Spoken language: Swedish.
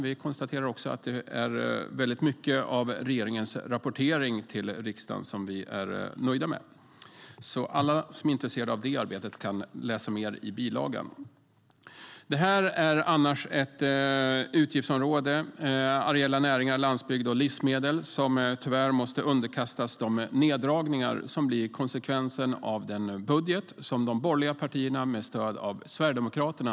Vi konstaterar också att vi är nöjda med väldigt mycket av regeringens rapportering till riksdagen. Alla som är intresserade av detta arbete kan läsa mer i bilagan. Det här är annars ett utgiftsområde - areella näringar, landsbygd och livsmedel - som tyvärr måste underkastas de neddragningar som blir konsekvensen av den budget de borgerliga partierna har röstat igenom med stöd av Sverigedemokraterna.